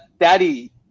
Daddy